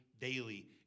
daily